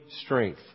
strength